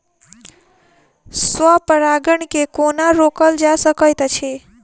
स्व परागण केँ कोना रोकल जा सकैत अछि?